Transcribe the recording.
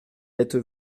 êtes